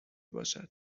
باشد